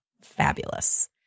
fabulous